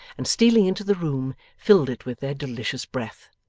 and stealing into the room filled it with their delicious breath.